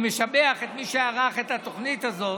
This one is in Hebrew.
אני משבח את מי שערך את התוכנית הזאת,